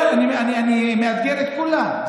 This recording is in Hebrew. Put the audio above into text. אני מאתגר את כולם.